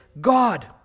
God